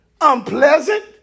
unpleasant